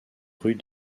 rues